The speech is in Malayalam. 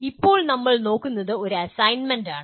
ഇപ്പോൾ നമ്മൾ നോക്കുന്നത് ഒരു അസൈൻമെന്റാണ്